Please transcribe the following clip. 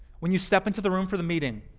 when you step into the room for the meeting,